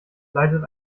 leidet